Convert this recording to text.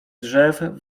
drzew